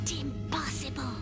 impossible